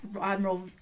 Admiral